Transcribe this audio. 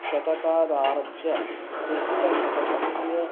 शतकादारभ्य क्रिस्तशतकस्य